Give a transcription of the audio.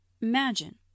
imagine